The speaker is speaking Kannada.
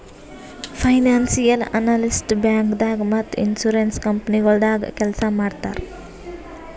ಫೈನಾನ್ಸಿಯಲ್ ಅನಲಿಸ್ಟ್ ಬ್ಯಾಂಕ್ದಾಗ್ ಮತ್ತ್ ಇನ್ಶೂರೆನ್ಸ್ ಕಂಪನಿಗೊಳ್ದಾಗ ಕೆಲ್ಸ್ ಮಾಡ್ತರ್